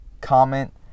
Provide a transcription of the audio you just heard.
Comment